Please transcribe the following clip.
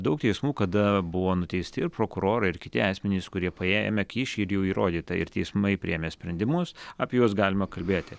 daug teismų kada buvo nuteisti ir prokurorai ir kiti asmenys kurie paėmę kyšį ir jau įrodyta ir teismai priėmę sprendimus apie juos galima kalbėti